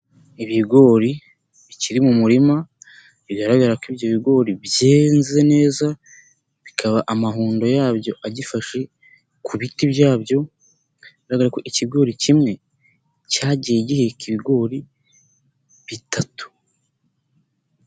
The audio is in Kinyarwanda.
Ibigori bikiri mu murima, bigaragara ko ibyo bigori byeze neza, bikaba amahundo yabyo agifashe ku biti byabyo, biragaragara ko ikigori kimwe cyagiye giheka ibigori bitatu.